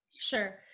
Sure